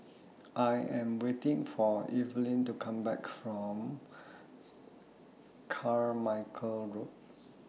I Am waiting For Evelyn to Come Back from Carmichael Road